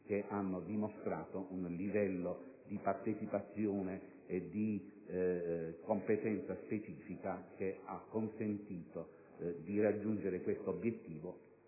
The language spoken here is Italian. che hanno dimostrato un livello di partecipazione e di preparazione specifica, consentendo di raggiungere questo obiettivo